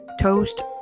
toast